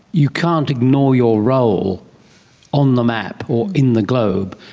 you can't ignore your role on the map or in the globe.